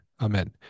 Amen